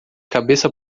cabeça